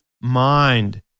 mind